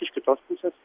iš kitos pusės